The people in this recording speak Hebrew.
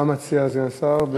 מה מציע סגן השר?